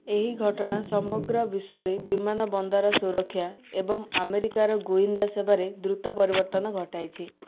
ଏହି ଘଟଣା ସମଗ୍ର ବିଶ୍ୱରେ ବିମାନବନ୍ଦର ସୁରକ୍ଷା ଏବଂ ଆମେରିକାର ଗୁଇନ୍ଦା ସେବାରେ ଦ୍ରୁତ ପରିବର୍ତ୍ତନ ଘଟାଇଛି